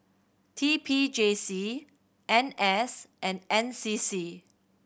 T P J C N S and N C C